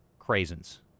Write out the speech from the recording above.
Craisins